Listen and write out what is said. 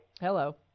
Hello